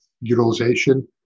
utilization